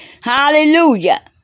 Hallelujah